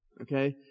Okay